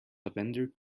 lavender